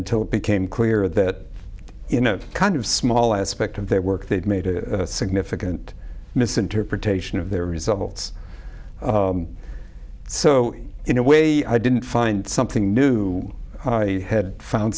until it became clear that you know kind of small aspect of their work that made a significant misinterpretation of their results so in a way i didn't find something new i had found